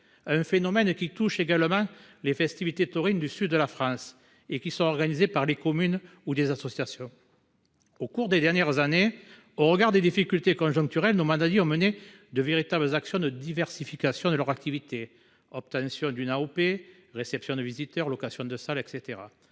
Ce phénomène touche également les festivités taurines du sud de la France, qui sont organisées par des communes ou des associations. Au cours des dernières années, au regard des difficultés conjoncturelles, nos manadiers ont mené de véritables actions de diversification de leur activité : obtention d’une appellation d’origine protégée (AOP), réception de visiteurs, location de salles, etc.